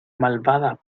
malvada